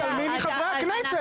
מתעלמים מחברי הכנסת.